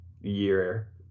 year